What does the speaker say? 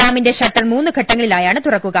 ഡാമിന്റെ ഷട്ടർ മൂന്ന് ഘട്ടങ്ങളിലായാണ് തുറക്കുക